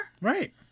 Right